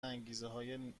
انگیزههای